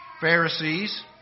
Pharisees